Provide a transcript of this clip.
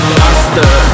master